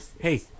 Hey